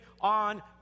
on